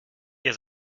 ihr